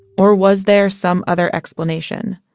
or was there some other explanation?